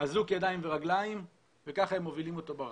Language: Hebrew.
אזוק ידיים ורגליים וככה הם מובילים אותו ברחבה.